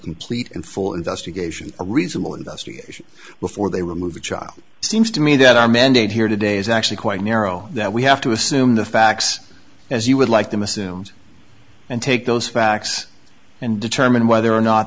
complete and full investigation a reasonable investigation before they remove the child seems to me that our mandate here today is actually quite narrow that we have to assume the facts as you would like them assumes and take those facts and determine whether or not